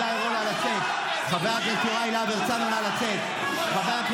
חברת הכנסת שיר סגמן, נא לצאת.